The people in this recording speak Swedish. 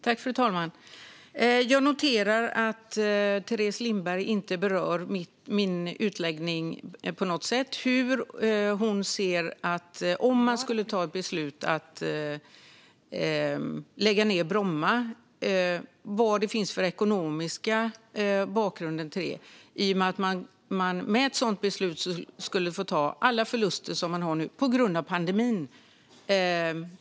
Fru talman! Jag noterar att Teres Lindberg inte på något sätt berör min utläggning. Vad är det för ekonomisk bakgrund till att lägga ned Bromma, om man skulle ta ett beslut om att göra det? Med ett sådant beslut skulle man få ta alla förluster som nu finns på grund av pandemin.